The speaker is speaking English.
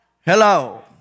Hello